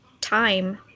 time